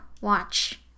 watch